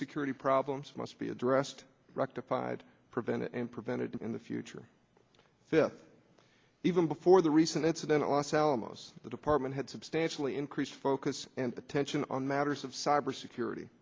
security problems must be addressed rectified prevented and prevented in the future if if even before the recent incident los alamos the department had substantially increased focus and attention on matters of cyber security